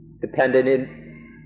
Dependent